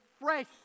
fresh